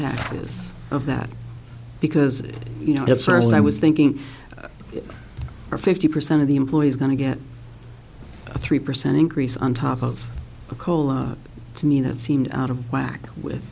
practice of that because you know that's first i was thinking are fifty percent of the employees going to get a three percent increase on top of a cola to me that seemed out of whack with